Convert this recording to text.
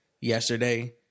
yesterday